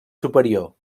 superior